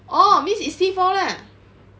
orh means it's T four lah